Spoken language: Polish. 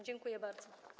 Dziękuję bardzo.